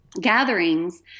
gatherings